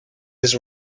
his